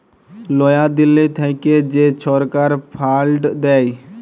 লয়া দিল্লী থ্যাইকে যে ছরকার ফাল্ড দেয়